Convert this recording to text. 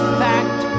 fact